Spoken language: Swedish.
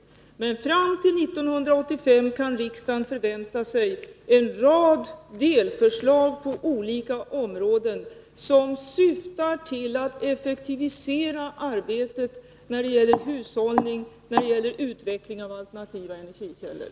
Men fram till 1985 kan riksdagen förvänta sig en rad delförslag på olika områden som syftar till att effektivisera arbetet när det gäller hushållning och när det gäller utveckling av alternativa energikällor.